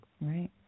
Right